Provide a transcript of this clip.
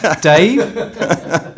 Dave